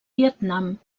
vietnam